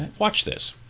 watch this